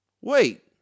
Wait